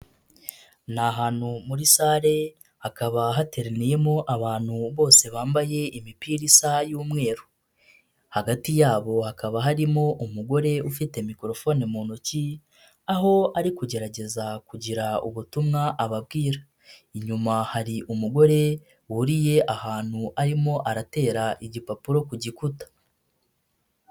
Ni ahantu muri sale hakaba hateraniyemo abantu bose bambaye imipira isaha y'umweru, hagati yabo hakaba harimo umugore ufite mikorofone mu ntoki aho ari kugerageza kugira ubutumwa ababwira, inyuma hari umugore wuriye ahantu arimo aratera igipapuro ku gikuta.